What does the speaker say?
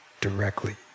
directly